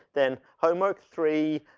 then homework three